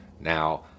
Now